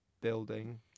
building